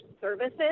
services